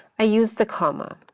i use the comma,